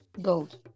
Gold